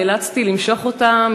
נאלצתי למשוך אותה,